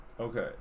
Okay